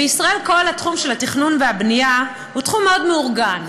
בישראל כל התחום של התכנון והבנייה הוא מאוד מאורגן.